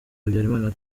habyalimana